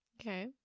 Okay